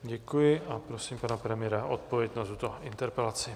Děkuji a prosím pana premiéra o odpověď na tuto interpelaci.